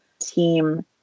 team